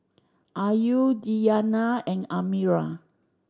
Ayu Diyana and Amirah